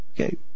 Okay